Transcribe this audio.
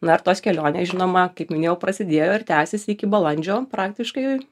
na ir tos kelionės žinoma kaip minėjau prasidėjo ir tęsiasi iki balandžio praktiškai